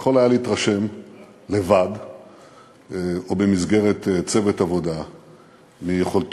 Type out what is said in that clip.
ויכול היה להתרשם לבדו או במסגרת צוות עבודה מיכולתו,